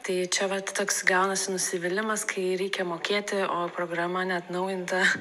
tai čia vat toks gaunasi nusivylimas kai reikia mokėti o programa neatnaujinta